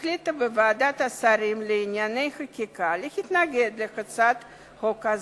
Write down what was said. החליטה ועדת השרים לענייני חקיקה להתנגד להצעת החוק הזאת.